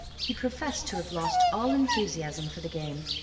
he professed to have lost all enthusiasm for the game,